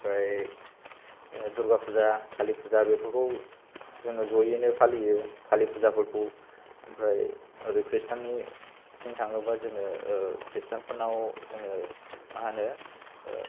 आमफ्राय दुर्गा फुजा खालि फुजा बेफोरखौ जोङो जयैनो फालियो खालि फुजाफोरखौ आमफ्राय ओरै ख्रिस्तियाननिथिं थाङोबा जोङो ख्रिस्तियानफोरनाव जोङो मा होनो